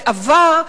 זה עבר,